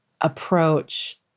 approach